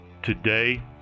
Today